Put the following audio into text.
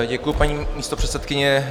Děkuji, paní místopředsedkyně.